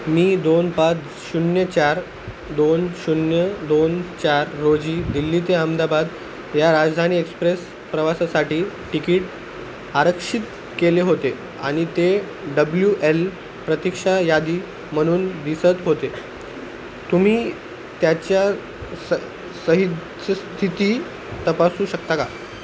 मी दोन पाच शून्य चार दोन शून्य दोन चार रोजी दिल्ली ते अहमदाबाद या राजधानी एक्सप्रेस प्रवासासाठी टिकीट आरक्षित केले होते आणि ते डब्ल्यू एल प्रतीक्षा यादी म्हणून दिसत होते तुम्ही त्याच्या स सहिच्च स्थिती तपासू शकता का